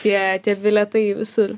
tie tie bilietai į visur